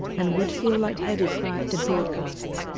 and would feel light-headed prior to broadcasts.